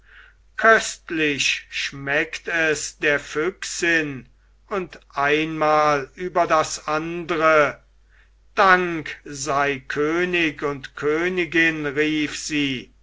köstlich schmeckt es der füchsin und einmal über das andre dank sei könig und königin rief sie